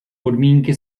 podmínky